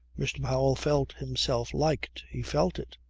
mr. powell felt himself liked. he felt it.